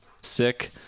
Sick